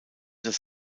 das